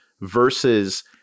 versus